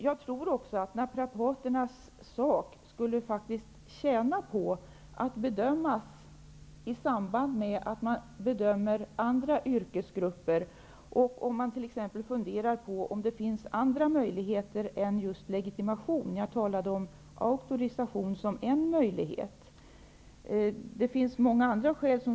Jag tror att naprapaterna faktiskt skulle tjäna på att de blev bedömda i samband med bedömningen av andra yrkesgrupper. Man kan t.ex. fundera över om det finns andra möjligheter än just legitimationen. Jag har ju talat om auktorisationen som ett alternativ.